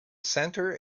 center